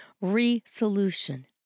re-solution